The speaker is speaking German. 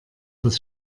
das